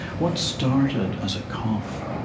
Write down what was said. what started as a cough